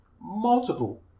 multiple